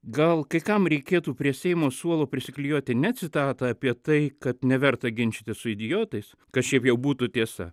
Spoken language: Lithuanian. gal kai kam reikėtų prie seimo suolo prisiklijuoti ne citatą apie tai kad neverta ginčytis su idiotais kas šiaip jau būtų tiesa